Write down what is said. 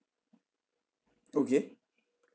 okay